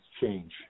change